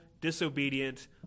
disobedient